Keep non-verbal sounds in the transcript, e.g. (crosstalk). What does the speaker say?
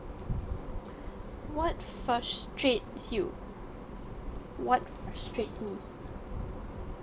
(breath) what frustrates you what frustrates me